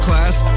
Class